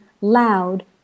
loud